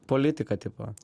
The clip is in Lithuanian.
politika tipo